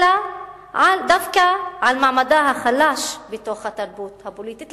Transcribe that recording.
אלא דווקא על מעמדה החלש בתוך התרבות הפוליטית.